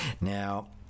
Now